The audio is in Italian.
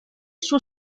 suo